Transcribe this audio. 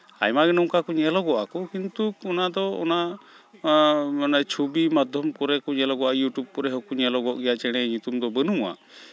ᱟᱭᱢᱟᱜᱮ ᱱᱚᱝᱠᱟ ᱧᱮᱞᱚᱜᱚᱜᱼᱟ ᱠᱚ ᱠᱤᱱᱛᱩ ᱚᱱᱟ ᱫᱚ ᱚᱱᱟ ᱢᱟᱱᱮ ᱪᱷᱚᱵᱤ ᱢᱟᱫᱽᱫᱷᱚᱢ ᱠᱚᱨᱮ ᱠᱚ ᱧᱮᱞᱚᱜᱚᱜᱼᱟ ᱤᱭᱩᱴᱩᱵᱽ ᱠᱚᱨᱮ ᱦᱚᱸᱠᱚ ᱧᱮᱞᱚᱜᱚᱜ ᱜᱮᱭᱟ ᱪᱮᱬᱮ ᱧᱩᱛᱩᱢ ᱫᱚ ᱵᱟᱹᱱᱩᱜᱼᱟ